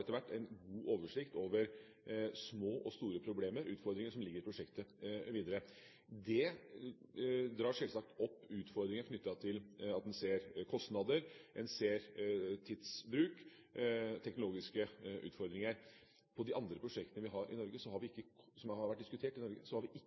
etter hvert god oversikt over små og store problemer – utfordringer videre i prosjektet. Det drar sjølsagt opp utfordringer i forbindelse med at en ser kostnader og tidsbruk, og teknologiske utfordringer. I de andre prosjektene som har vært diskutert i Norge, har vi